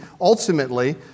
ultimately